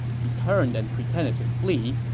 he turned and pretended to flee,